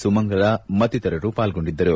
ಸುಮಂಗಲ ಮತ್ತಿತರರು ಪಾಲ್ಗೊಂಡಿದ್ದರು